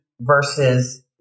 versus